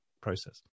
process